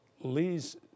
Lee's